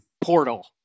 Portal